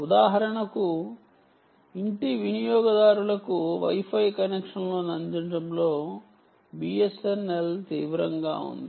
ఉదాహరణకు ఇంటి వినియోగదారులకు Wi Fi కనెక్షన్లను అందించడంలో BSNL తీవ్రంగా ఉంది